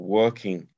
working